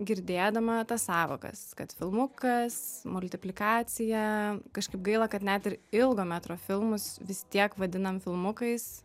girdėdama tas sąvokas kad filmukas multiplikacija kažkaip gaila kad net ir ilgo metro filmus vis tiek vadinam filmukais